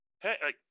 hey